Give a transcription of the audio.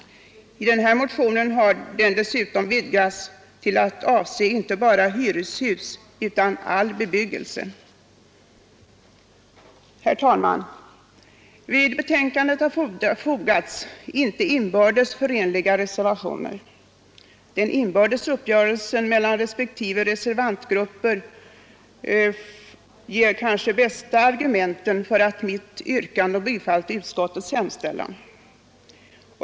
I motionen har den principen dessutom vidgats till att avse inte bara hyreshus utan all bebyggelse. Herr talman! Vid betänkandet har fogats inbördes icke förenliga reservationer. Den inbördes uppgörelsen mellan respektive reservantgrupper ger kanske de bästa argumenten för mitt yrkande om bifall till utskottets hemställan.